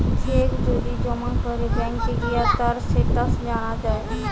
check যদি জমা করে ব্যাংকে গিয়ে তার স্টেটাস জানা যায়